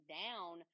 down